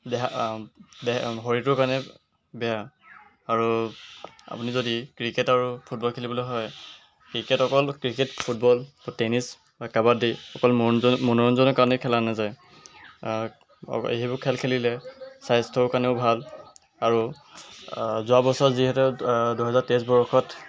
দেহা দেহা শৰীৰটোৰ কাৰণে বেয়া আৰু আপুনি যদি ক্ৰিকেট আৰু ফুটবল খেলিবলৈ হয় ক্ৰিকেট অকল ক্ৰিকেট ফুটবল টেনিছ বা কাবাডী অকল মনোৰঞ্জন মনোৰঞ্জনৰ কাৰণেই খেলা নাযায় ইয়াক সেইবোৰ খেল খেলিলে স্বাস্থ্যৰ কাৰণেও ভাল আৰু যোৱা বছৰ যিহেতু দুহেজাৰ তেইছ বৰ্ষত